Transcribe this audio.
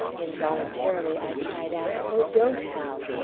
involuntarily i cried out, oh, don't, hal!